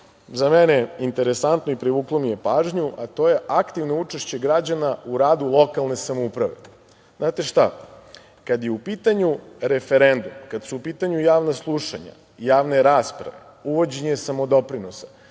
za mene interesantno i privuklo mi je pažnju, to je aktivno učešće građana u radu lokalne samouprave. Znate šta, kada je u pitanju referendum, kada su u pitanju javna slušanja, javne rasprave, uvođenje samodoprinosa,